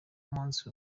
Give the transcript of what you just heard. umunsi